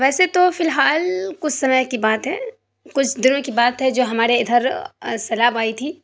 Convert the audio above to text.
ویسے تو فی الحال کچھ سمے کی بات ہے کچھ دن کی بات ہے جو ہمارے ادھر سیلاب آئی تھی